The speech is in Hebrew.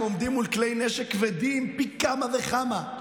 הם עומדים מול כלי נשק כבדים פי כמה וכמה,